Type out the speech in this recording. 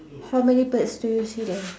how many birds do you see there